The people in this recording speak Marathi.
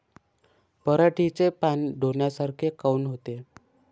पराटीचे पानं डोन्यासारखे काऊन होते?